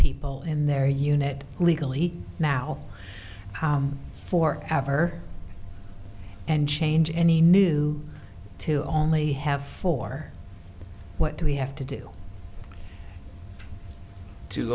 people in their unit legally now for ever and change any new to only have four what do we have to do to